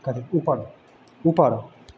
कथी ऊपर ऊपर